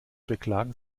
beklagen